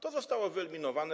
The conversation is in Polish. To zostało wyeliminowane.